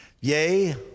Yea